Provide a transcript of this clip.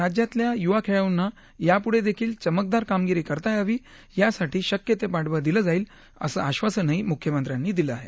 राज्यातल्या युवा खेळाडूंना यापुढेदेखील चमकदार कामगिरी करता यावी यासाठी शक्य ते पाठबळ दिलं जाईल असं आश्वासनही मुख्यमंत्र्यांनी दिलं आहे